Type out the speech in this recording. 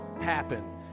happen